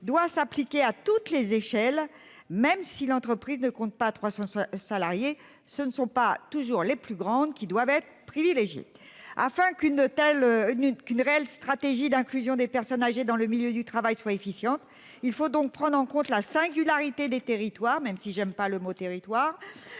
doit s'appliquer à toutes les échelles. Même si l'entreprise ne compte pas 300 salariés. Ce ne sont pas toujours les plus grandes qui doivent être privilégiées afin qu'une telle une qu'une réelle stratégie d'inclusion des personnes âgées dans le milieu du travail soit efficiente. Il faut donc prendre en compte la singularité des territoires. Même si j'aime pas le mot territoire